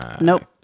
Nope